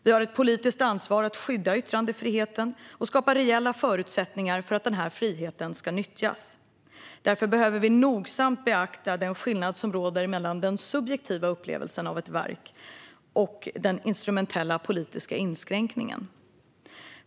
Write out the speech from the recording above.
Vi har ett politiskt ansvar att skydda yttrandefriheten och skapa reella förutsättningar för att denna frihet ska nyttjas. Därför behöver vi nogsamt beakta den skillnad som råder mellan den subjektiva upplevelsen av ett verk och den instrumentella politiska inskränkningen.